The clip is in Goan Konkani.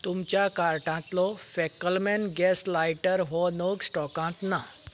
तुमच्या कार्टांतलो फॅकलमन गॅस लायटर हो नग स्टॉकांत ना